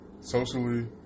Socially